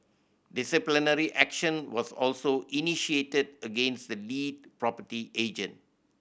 disciplinary action was also initiated against the lead property agent